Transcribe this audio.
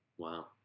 Wow